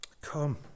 Come